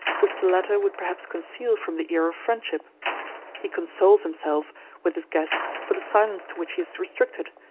which the latter would perhaps conceal from the ear of friendship he consoles himself with his guest for the silence to which he is restricted,